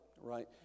right